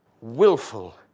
willful